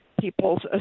people's